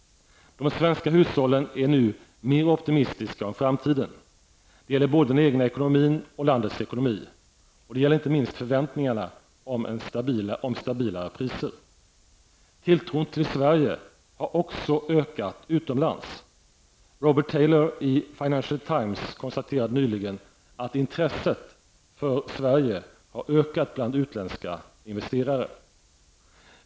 De svenska hushållen är nu mer optimistiska om framtiden. Det gäller både den egna ekonomin och landets ekonomi. Det gäller inte minst förväntningarna om stabilare priser. Tilltron till Sverige har också ökat utomlands. Robert Taylor i Financial TImes konstaterade nyligen att intresset för Sverige har ökat bland utländska investerare.